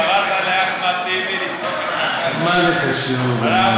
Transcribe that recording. חברת לאחמד טיבי, מה זה קשור?